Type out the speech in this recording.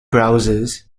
browsers